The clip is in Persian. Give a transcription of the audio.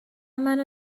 منو